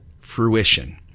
fruition